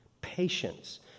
patience